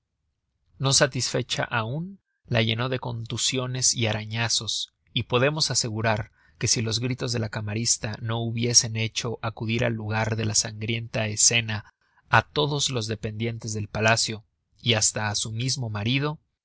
no satisfecha aun la llenó de contusiones y arañazos y podemos asegurar que si los gritos de la camarista no hubiesen hecho acudir al lugar de la sangrienta escena á todos los dependientes del palacio y hasta á su mismo marido